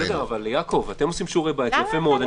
בסדר, אתם עושים שיעורי בית, יפה מאוד.